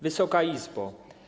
Wysoka Izbo!